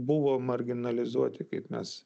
buvo marginalizuoti kaip mes